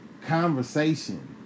conversation